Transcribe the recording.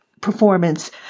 performance